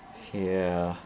ya